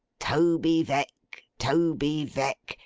toby veck, toby veck,